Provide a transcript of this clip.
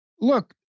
look